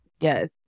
Yes